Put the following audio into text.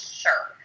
sure